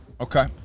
Okay